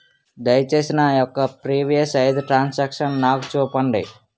దయచేసి నా ఖాతా యొక్క ప్రీవియస్ ఐదు ట్రాన్ సాంక్షన్ నాకు చూపండి